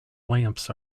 lamps